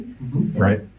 right